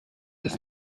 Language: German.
ist